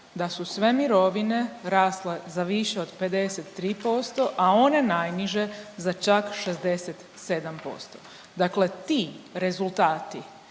da su sve mirovine rasle za više od 53%, a one najniže za čak 67%. Dakle ti rezultati